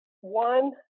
One